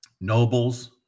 nobles